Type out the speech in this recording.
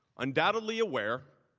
undoubtedly aware,